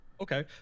Okay